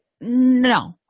no